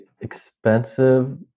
expensive